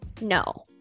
no